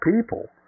people